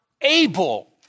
able